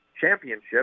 championship